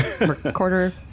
recorder